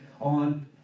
on